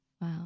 Wow